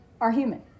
are—human